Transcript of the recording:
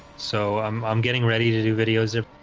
so i'm getting ready to do videos if